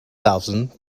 thousand